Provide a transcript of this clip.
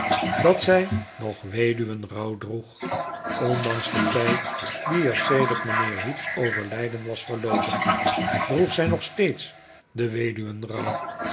dat zij nog weduwenrouw droeg ondanks den tijd die er sedert mijnheer heep's overlijden was verloopen droeg zij nog steeds den weduwenrouw